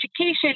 education